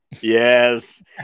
Yes